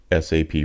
SAP